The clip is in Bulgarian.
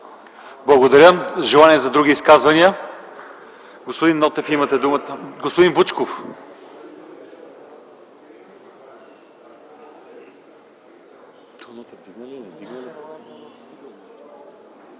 Благодаря. Има ли желание за други изказвания? Господин Вучков,